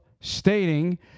stating